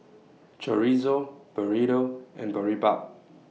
Chorizo Burrito and Boribap